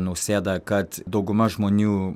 nausėdą kad dauguma žmonių